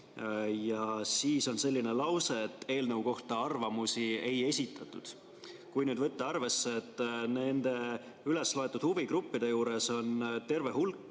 Ja siis on selline lause, et eelnõu kohta arvamusi ei esitatud. Kui võtta arvesse, et nende üles loetud huvigruppide juures on terve hulk